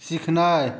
सीखनाइ